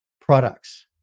products